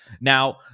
Now